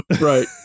Right